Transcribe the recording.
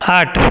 आठ